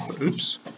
oops